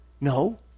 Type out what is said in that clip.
No